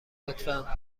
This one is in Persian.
لطفا